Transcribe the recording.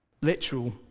Literal